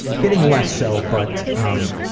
getting less so but, um,